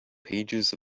pages